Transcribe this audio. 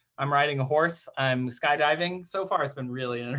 i'm riding a horse. i'm skydiving. so far, it's been really and